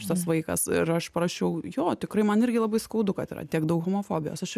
šitas vaikas ir aš parašiau jo tikrai man irgi labai skaudu kad yra tiek daug homofobijos aš